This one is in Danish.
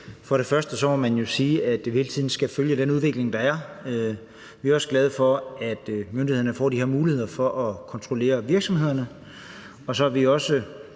og fremmest må man sige, at det jo hele tiden skal følge den udvikling, der er. Vi er også glade for, at myndighederne får de her muligheder for at kontrollere virksomhederne, og selv om